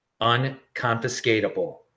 unconfiscatable